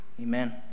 Amen